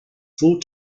full